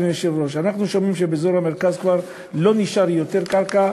אדוני היושב-ראש: אנחנו שומעים שבאזור המרכז כבר לא נשארה קרקע,